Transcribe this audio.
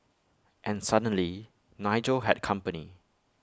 and suddenly Nigel had company